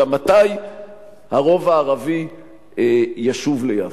אלא מתי הרוב הערבי ישוב ליפו.